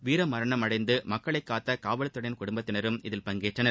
வீரமரணம் அடைந்து மக்களை காத்த காவல்துறையினரின் குடும்பத்தினரும் இதில் பங்கேற்றனர்